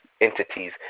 entities